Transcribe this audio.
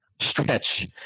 stretch